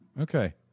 Okay